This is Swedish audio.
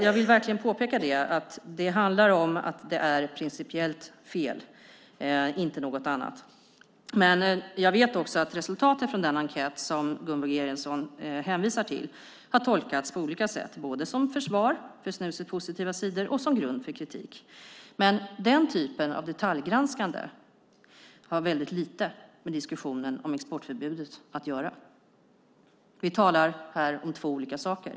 Jag vill verkligen påpeka att det handlar om att det är principiellt fel, inte något annat. Men jag vet också att resultatet från den enkät som Gunvor G Ericson hänvisar till har tolkats på olika sätt, både som försvar för snusets positiva sidor och som grund för kritik. Men den typen av detaljgranskande har väldigt lite med diskussionen om exportförbudet att göra. Vi talar här om två olika saker.